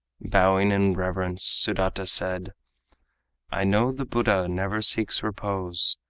bowing in reverence, sudata said i know the buddha never seeks repose,